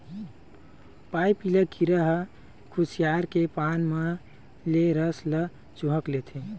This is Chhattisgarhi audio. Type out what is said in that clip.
पाइपिला कीरा ह खुसियार के पाना मन ले रस ल चूंहक लेथे